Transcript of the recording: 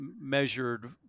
measured